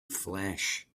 flesh